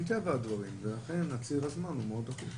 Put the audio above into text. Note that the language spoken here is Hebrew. מטבע הדברים, לכן ציר הזמן מאוד דחוף.